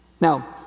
Now